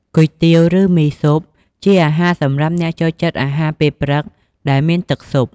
គុយទាវ ឬ មីស៊ុប ជាអាហារសម្រាប់អ្នកចូលចិត្តអាហារពេលព្រឹកដែលមានទឹកស៊ុប ។